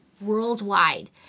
worldwide